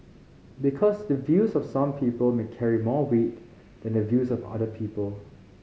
because the views of some people may carry more weight than the views of other people